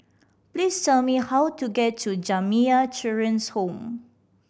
please tell me how to get to Jamiyah Children's Home